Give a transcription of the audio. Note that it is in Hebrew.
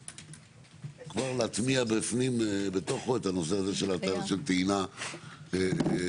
כבר להטמיע בפנים בתוכו את הנושא הזה של טעינה חשמלית.